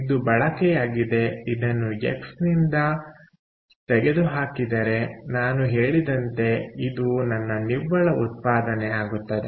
ಇದು ಬಳಕೆಯಾಗಿದೆ ಇದನ್ನು ಎಕ್ಸ್ ನಿಂದ ತೆಗೆದು ಹಾಕಿದರೆ ನಾನು ಹೇಳಿದಂತೆ ಇದು ನನ್ನ ನಿವ್ವಳ ಉತ್ಪಾದನೆ ಆಗುತ್ತದೆ